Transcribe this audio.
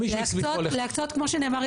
להקצות כמו שנאמר,